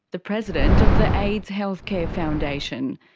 the president of the aids healthcare foundation.